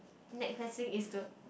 next best thing is to